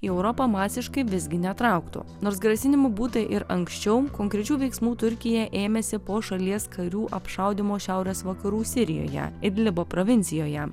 į europą masiškai visgi netrauktų nors grasinimų būta ir anksčiau konkrečių veiksmų turkija ėmėsi po šalies karių apšaudymo šiaurės vakarų sirijoje idlibo provincijoje